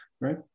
right